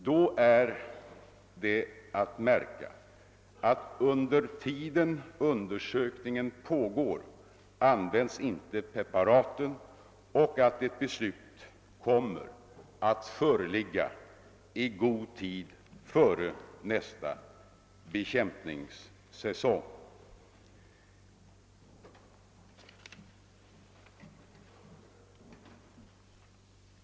Då är att märka att preparaten inte används medan undersökningen pågår och att ett beslut kommer att föreligga i god tid före nästa bekämpningssäsong.